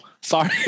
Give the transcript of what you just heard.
sorry